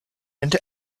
into